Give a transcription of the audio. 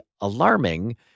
alarming